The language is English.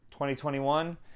2021